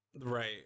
Right